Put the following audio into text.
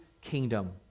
kingdom